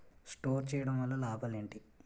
Store చేయడం వల్ల లాభాలు ఏంటి?